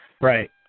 Right